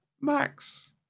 Max